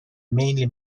mainly